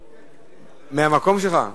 לקראת קריאה שנייה ושלישית.